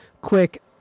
quick